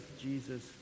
Jesus